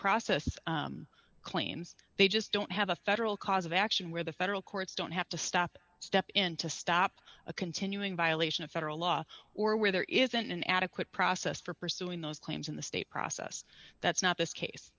process claims they just don't have a federal cause of action where the federal courts don't have to stop step in to stop a continuing violation of federal law or where there isn't an adequate process for pursuing those claims in the state process that's not this case